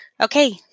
okay